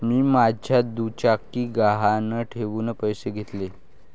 मी माझी दुचाकी गहाण ठेवून पैसे घेतले